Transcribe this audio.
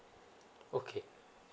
okay